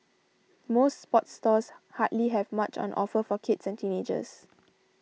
most sports stores hardly have much on offer for kids and teenagers